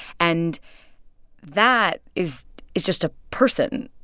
and that is is just a person.